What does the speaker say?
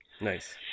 Nice